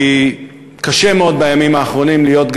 כי קשה מאוד בימים האחרונים גם להיות